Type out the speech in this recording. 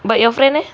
but your friend leh